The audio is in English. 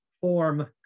form